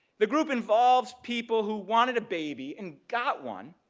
the group involves people who wanted a baby and got one,